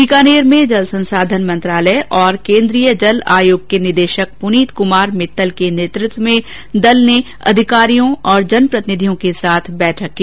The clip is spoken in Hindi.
बीकानेर में जल संसाधन मंत्रालय और केन्द्रीय जल आयोग के निदेशक पुनीत कुमार मित्तल के नेतृत्व में दल ने अधिकारियों और जनप्रतिनिधियों के साथ बैठक की